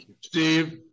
Steve